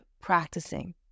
practicing